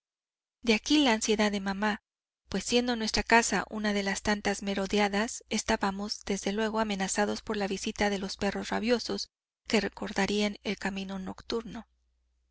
de aquí la ansiedad de mamá pues siendo nuestra casa una de las tantas merodeadas estábamos desde luego amenazados por la visita de los perros rabiosos que recordarían el camino nocturno